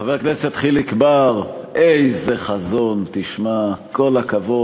חבר הכנסת חיליק בר, איזה חזון, תשמע, כל הכבוד.